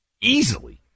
easily